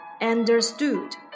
Understood